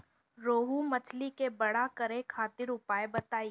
रोहु मछली के बड़ा करे खातिर उपाय बताईं?